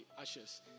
ashes